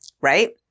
right